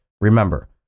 Remember